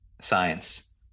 science